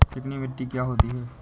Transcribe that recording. चिकनी मिट्टी क्या होती है?